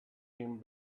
him